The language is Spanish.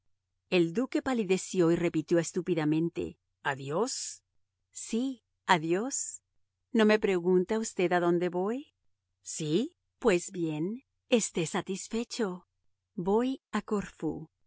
el duque palideció y repitió estúpidamente adiós sí adiós no me pregunta usted a dónde voy sí pues bien esté satisfecho voy a corfú